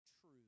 true